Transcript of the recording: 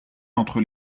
entre